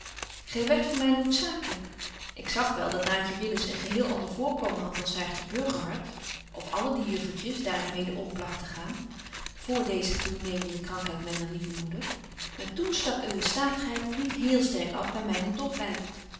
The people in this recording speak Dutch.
gy werdt voor my noodzaaklyk ik zag wel dat naatje willis een geheel ander voorkomen hadt dan saartje burgerhart of alle die juffertjes daar ik mede om plagt te gaan vr deeze toenemende krankheid myner lieve moeder maar toen stak uwe statigheid niet héél sterk af by myne